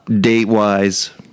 date-wise